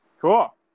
Cool